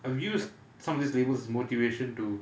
I used some of these labels as motivation to